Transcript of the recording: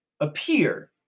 appear